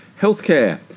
healthcare